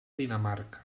dinamarca